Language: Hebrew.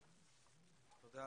תודה.